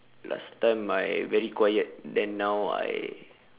last time I very quiet then now I